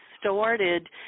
started